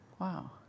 Wow